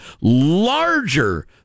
larger